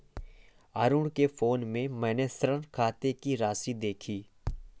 अरुण के फोन में मैने ऋण खाते की राशि देखी